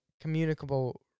communicable